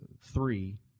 three